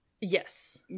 Yes